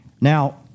Now